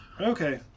Okay